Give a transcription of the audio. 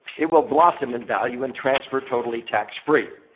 it will blossom in value and transfer totally tax-free.